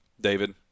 David